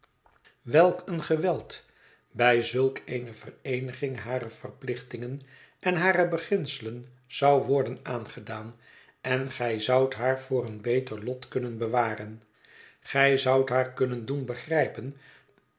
welk een geweld bij zulk eene vereeniging hare verplichtingen en hare beginselen zou worden aangedaan en gij zoudt haar voor een beter lot kunnen bewaren gij zoudt haar kunnen doen begrijpen